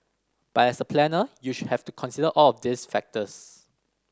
but as a planner you should have to consider all of these factors